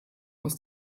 aus